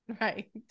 right